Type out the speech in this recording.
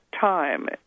time